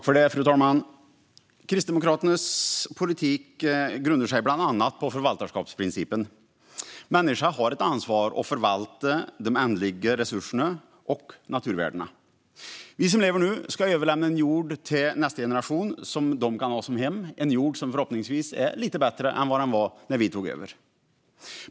Fru talman! Kristdemokraternas politik grundar sig bland annat på förvaltarskapsprincipen. Människan har ett ansvar att förvalta de ändliga resurserna och naturvärdena. Vi som lever nu ska överlämna en jord som nästa generation kan ha som hem, en jord som förhoppningsvis är lite bättre än vad den var när vi tog över.